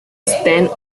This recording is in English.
stand